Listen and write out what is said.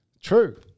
True